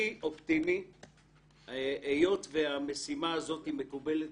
אני אופטימי היות והמשימה הזאת מקובלת